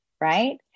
right